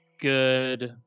good